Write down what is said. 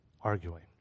arguing